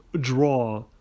Draw